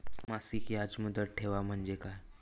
मासिक याज मुदत ठेव म्हणजे काय?